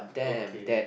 okay